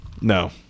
No